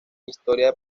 historia